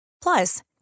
Plus